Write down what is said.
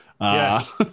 Yes